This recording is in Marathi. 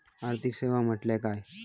आर्थिक सेवा म्हटल्या काय?